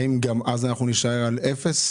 האם גם אז אנחנו נישאר על אפס,